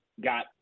got